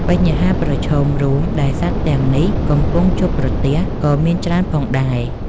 បញ្ហាប្រឈមរួមដែលសត្វទាំងនេះកំពុងជួបប្រទះ ក៏មានច្រើនផងដែរ។